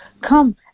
Come